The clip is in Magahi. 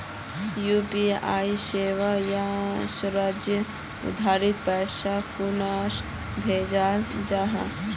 यु.पी.आई सेवाएँ या सर्विसेज द्वारा पैसा कुंसम भेजाल जाहा?